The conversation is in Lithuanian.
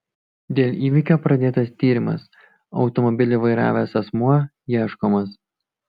dėl įvykio pradėtas tyrimas automobilį vairavęs asmuo ieškomas